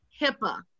HIPAA